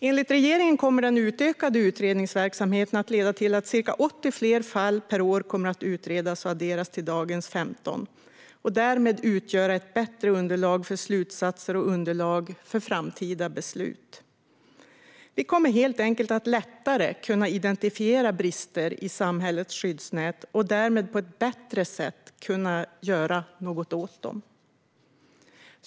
Enligt regeringen kommer den utökade utredningsverksamheten att leda till att ca 80 fler fall per år kommer att utredas och adderas till dagens 15 och därmed utgöra ett bättre underlag för slutsatser och underlag för framtida beslut. Vi kommer helt enkelt att lättare kunna identifiera brister i samhällets skyddsnät och därmed på ett bättre sätt kunna göra något åt dem.